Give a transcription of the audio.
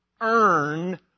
earn